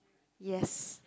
yes